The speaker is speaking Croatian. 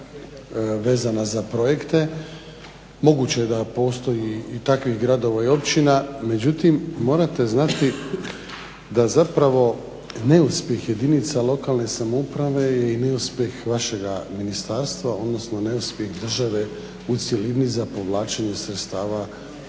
vezana za projekte. Moguće da postoji i takvih gradova i općina, međutim morate znati da zapravo neuspjeh jedinica lokalne samouprave je neuspjeh vašega ministarstva odnosno neuspjeh države u cjelini za povlačenje sredstava iz